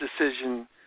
decision